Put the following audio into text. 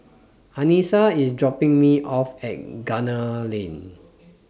Anissa IS dropping Me off At Gunner Lane